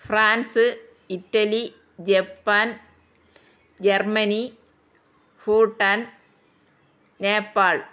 France Italy Japan Germany Bhutan Nepal